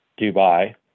Dubai